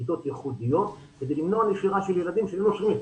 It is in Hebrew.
כיתות ייחודיות כדי למנוע נשירה של ילדים שהיו נושרים.